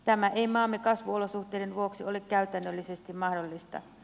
tämä ei maamme kasvuolosuhteiden vuoksi ole käytännöllisesti mahdollista